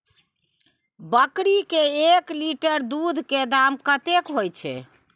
बकरी के एक लीटर दूध के दाम कतेक होय छै?